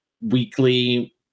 weekly